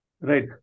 Right